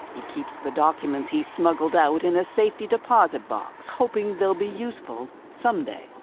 he keeps the documents he smuggled out in a safety deposit box, hoping they'll be useful, someday.